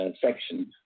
section